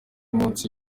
munsi